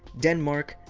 denmark,